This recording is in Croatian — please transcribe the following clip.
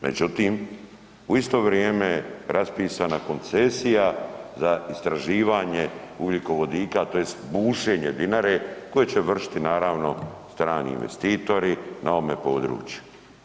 Međutim, u isto vrijeme raspisana koncesija za istraživanje ugljikovodika tj. bušenje Dinare koje će vršiti naravno strani investitori na ovome području.